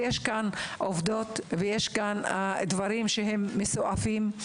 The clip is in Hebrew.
יש כאן עובדות ודברים מסועפים.